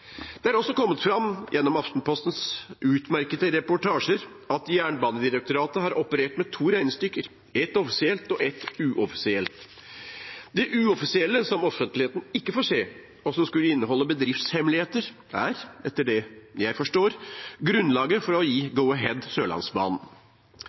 Det er også kommet fram, gjennom Aftenpostens utmerkede reportasjer, at Jernbanedirektoratet har operert med to regnestykker, ett offisielt og ett uoffisielt. Det uoffisielle, som offentligheten ikke får se, og som skulle inneholde bedriftshemmeligheter, er etter det jeg forstår, grunnlaget for å gi